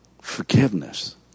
forgiveness